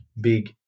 big